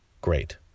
Great